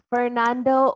Fernando